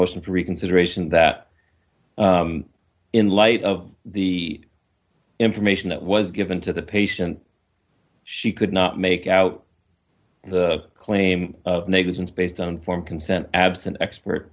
motion for reconsideration that in light of the information that was given to the patient she could not make out the claim of negligence based on form consent absent expert